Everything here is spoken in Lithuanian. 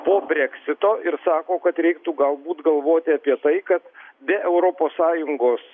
po breksito ir sako kad reiktų galbūt galvoti apie tai kad be europos sąjungos